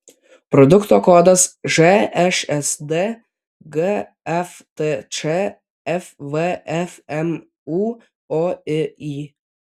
produkto kodas žšsd gftč fvfm ūoiy